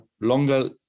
longer